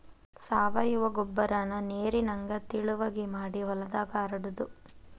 ಸಾವಯುವ ಗೊಬ್ಬರಾನ ನೇರಿನಂಗ ತಿಳುವಗೆ ಮಾಡಿ ಹೊಲದಾಗ ಹರಡುದು